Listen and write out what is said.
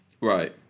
Right